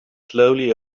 slowly